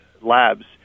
labs